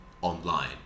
online